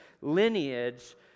lineage